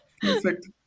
perfect